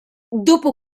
dopo